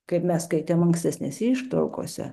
kaip mes skaitėm ankstesnėse ištraukose